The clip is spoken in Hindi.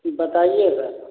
बताइएगा